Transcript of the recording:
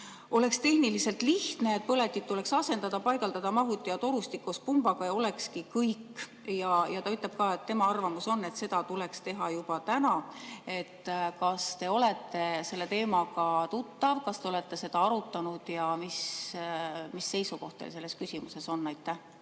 oleks tehniliselt lihtne, põletid tuleks asendada, paigaldada mahuti ja torustik koos pumbaga ja olekski kõik. Ja ta ütles ka, et tema arvamus on, et seda tuleks teha juba täna. Kas te olete selle teemaga tuttav, kas te olete seda arutanud ja mis seisukoht teil selles küsimuses on?